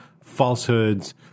falsehoods